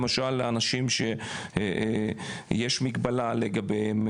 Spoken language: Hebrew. למשל לאנשים שיש מגבלה לגביהם,